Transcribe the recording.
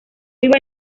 iba